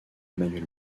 emmanuel